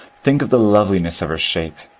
think of the loveliness of her shape,